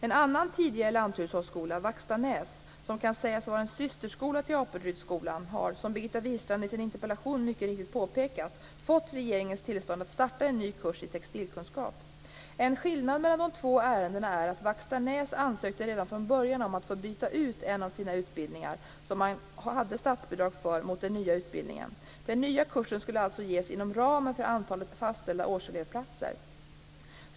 En annan tidigare lanthushållsskola, Vackstanäs, som kan sägas vara en systerskola till Apelrydsskolan har, som Birgitta Wistrand i sin interpellation mycket riktigt påpekat, fått regeringens tillstånd att starta en ny kurs i textilkunskap. En skillnad mellan de två ärendena är att Vackstanäs redan från början ansökte om att få byta ut en av sina utbildningar, som man hade statsbidrag för, mot den nya utbildningen. Den nya kursen skulle alltså ges inom ramen för antalet fastställda årselevplatser.